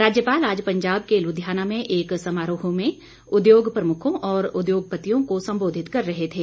राज्यपाल आज पंजाब के लुधियाना में एक समारोह में उद्योग प्रमुखों और उद्योगपतियों को सम्बोधित कर रहे थे